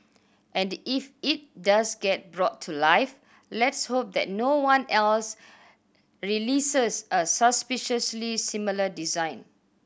and if it does get brought to life let's hope that no one else releases a suspiciously similar design